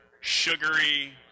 sugary